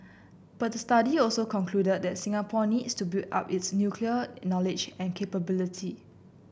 but the study also concluded that Singapore needs to build up its nuclear knowledge and capability